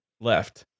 Left